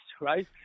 right